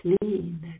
clean